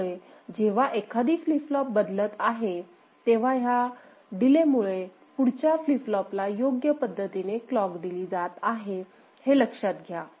त्यामुळे जेव्हा एखादी फ्लिप फ्लॉप बदलत आहे तेव्हा ह्या डीलेमुळे पुढच्या फ्लिप फ्लॉपला योग्य पद्धतीने क्लॉक दिली जात आहे हे लक्षात घ्या